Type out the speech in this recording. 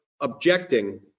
objecting